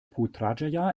putrajaya